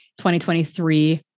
2023